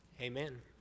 amen